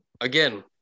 Again